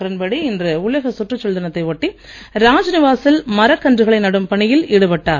கிரண்பேடி இன்று உலகச் சுற்றுச்சூழல் தினத்தை ஒட்டி ராஜ்நிவா சில் மரக்கன்றுகளை நடும் பணியில் ஈடுபட்டார்